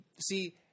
see